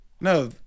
No